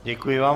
Děkuji vám.